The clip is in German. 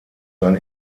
sein